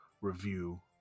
review